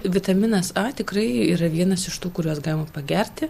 vitaminas a tikrai yra vienas iš tų kuriuos galima pagerti